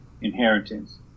inheritance